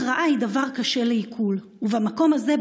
הכרעה היא דבר קשה לעיכול" ובמקום הזה,